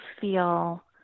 feel